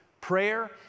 prayer